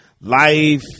life